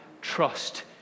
trust